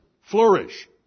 flourish